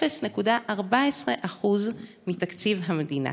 0.14% מתקציב המדינה.